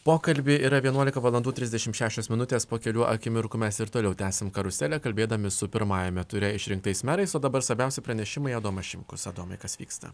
pokalbį yra vienuolika valandų trisdešimt šešios minutės po kelių akimirkų mes ir toliau tęsim karuselę kalbėdami su pirmajame ture išrinktais merais o dabar svarbiausi pranešimai adomas šimkus adomai kas vyksta